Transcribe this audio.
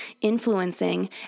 influencing